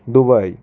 Dubai